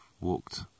walked